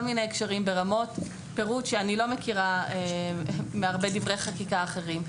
מיני הקשרים ברמות פירוט שאני לא מכירה מהרבה דברי חקיקה אחרים.